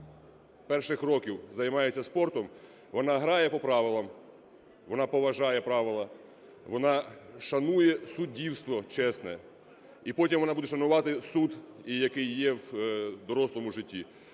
перших років займається спортом, вона грає по правилах, вона поважає правила, вона шанує суддівство чесне, і потім вона буде шанувати суд, який є в дорослому житті.